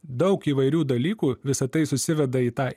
daug įvairių dalykų visa tai susiveda į tą